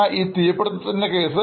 ഇപ്പോൾ ഇതൊരു അപൂർവ കേസാണ്